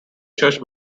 church